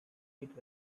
git